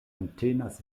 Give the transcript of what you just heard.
entenas